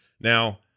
Now